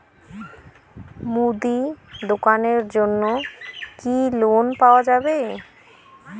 মুদি দোকানের জন্যে কি লোন পাওয়া যাবে?